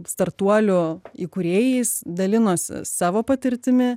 startuolių įkūrėjais dalinosi savo patirtimi